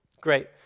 Great